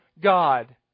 God